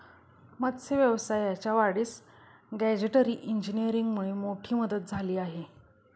मत्स्य व्यवसायाच्या वाढीस गॅजेटरी इंजिनीअरिंगमुळे मोठी मदत झाली आहे